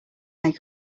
they